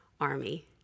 army